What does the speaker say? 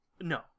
No